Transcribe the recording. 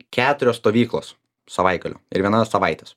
keturios stovyklos savaitgalių ir viena savaitės